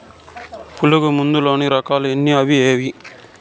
పులుగు మందు లోని రకాల ఎన్ని అవి ఏవి?